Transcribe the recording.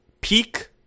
peak